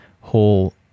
whole